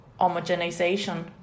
homogenization